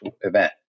event